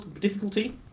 difficulty